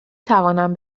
توانند